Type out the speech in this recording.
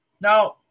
Now